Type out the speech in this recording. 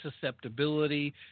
susceptibility